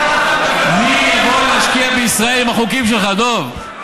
מי יבוא להשקיע בישראל עם החוקים שלך, דב?